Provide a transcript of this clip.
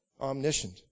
omniscient